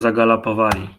zagalopowali